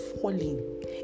falling